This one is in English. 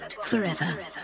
forever